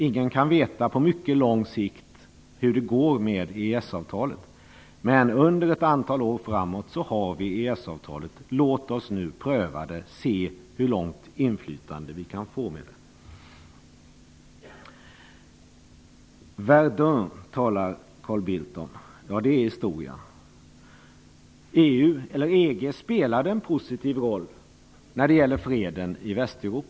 Ingen kan veta på mycket lång sikt hur det går med EES-avtalet, men under ett antal år framöver har vi EES-avtalet. Låt oss nu pröva det och se hur stort inflytande vi kan få med det. Carl Bildt talade om Verdun. Ja, det är historia. EG spelade en positiv roll för freden i Västeuropa.